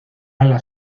ala